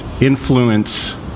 influence